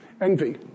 Envy